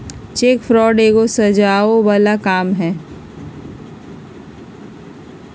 cheque fraud एगो सजाओ बला काम हई